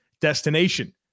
destination